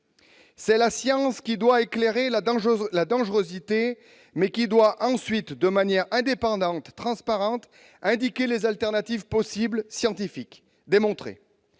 C'est la science qui doit éclairer la dangerosité, mais qui doit ensuite, de manière indépendante, transparente, indiquer les alternatives possibles scientifiquement démontrées.